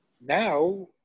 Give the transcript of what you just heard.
now